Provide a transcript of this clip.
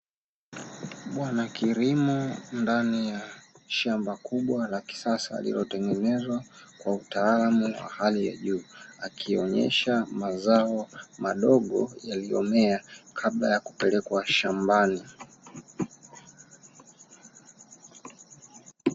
Bwawa kilimo ndani ya shamba kubwa la kisasa, lililotengenezwa kwa utaalamu wa hali ya juu, akionyesha mazao madogo yaliyomea kabla ya kupelekwa shambani.